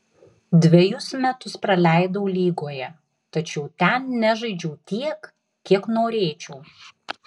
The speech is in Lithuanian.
dvejus metus praleidau lygoje tačiau ten nežaidžiau tiek kiek norėčiau